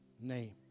name